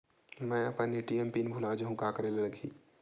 मैं अपन ATM PIN भुला जहु का करे ला लगही?